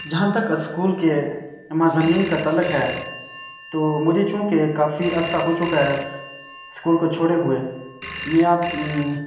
جہاں تک اسکول کے مضامین تعلق ہے تو مجھے چونکہ کافی عرصہ ہو چکا ہے اسکول کو چھوڑے ہوئے میں آپ